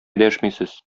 дәшмисез